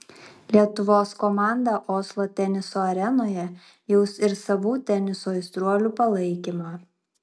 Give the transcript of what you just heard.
lietuvos komandą oslo teniso arenoje jaus ir savų teniso aistruolių palaikymą